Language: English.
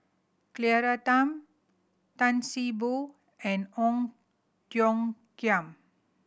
Claire Tham Tan See Boo and Ong Tiong Khiam